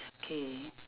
K